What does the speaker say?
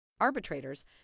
Arbitrators